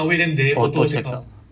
auto check out